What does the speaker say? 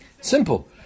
Simple